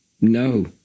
No